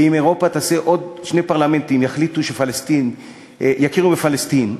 ואם באירופה עוד שני פרלמנטים יכירו בפלסטין,